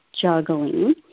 juggling